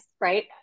right